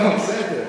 לא, בסדר.